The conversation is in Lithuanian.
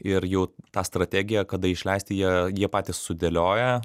ir jau tą strategiją kada išleisti jie jie patys sudėlioja